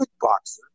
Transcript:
boxer